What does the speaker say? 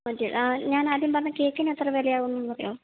ഞാനാദ്യം പറഞ്ഞ കേക്കിനെത്ര വിലയാകുമെന്ന് പറയുമോ